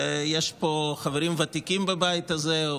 יש פה חברים ותיקים בבית הזה,